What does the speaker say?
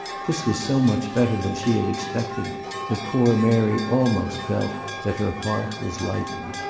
this was so much better than she had expected that poor mary almost felt that her heart was lightened.